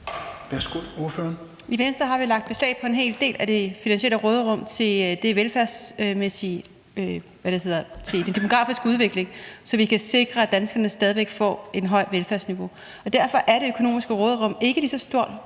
I Venstre har vi lagt beslag på en hel del af det finansielle råderum til den demografiske udvikling, så vi kan sikre, at danskerne stadig væk får et højt velfærdsniveau, og derfor er det økonomiske råderum ikke lige så stort